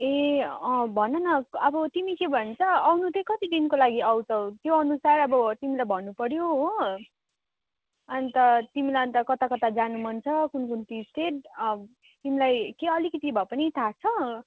ए अँ भन न अब तिमी के भन्छ आउनु चाहिँ कति दिनको लागि आउँछौ त्यो अनुसार अब तिमीलाई भन्नु पऱ्यो हो अन्त तिमीलाई अन्त कता कता जानु मन छ कुन कुन टी स्टेट तिमीलाई के अलिकति भए पनि थाहा छ